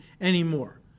anymore